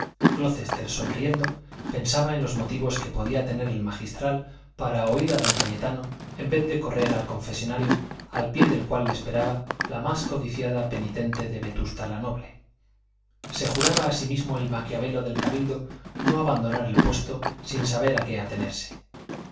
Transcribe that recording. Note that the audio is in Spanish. fandiño glocester sonriendo pensaba en los motivos que podía tener el magistral para oír a don cayetano en vez de correr al confesonario al pie del cual le esperaba la más codiciada penitente de vetusta la noble se juraba a sí mismo el maquiavelo del cabildo no abandonar el puesto sin saber a qué atenerse